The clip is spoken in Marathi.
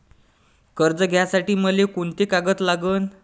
कर्ज घ्यासाठी मले कोंते कागद लागन?